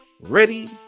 ready